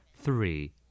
three